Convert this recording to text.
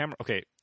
Okay